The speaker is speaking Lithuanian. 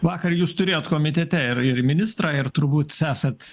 vakar jūs turėjot komitete ir ir ministrą ir turbūt esat